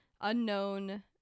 unknown